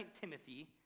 Timothy